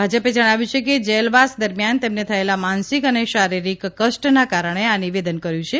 ભાજપે જણાવ્યું કે જેલવાસ દરમિયાન તેમને થયેલા માનસિક અને શારીરિક કષ્ટના કારણે આ નિવેદન કર્યું છે